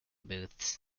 booths